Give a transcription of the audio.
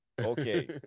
okay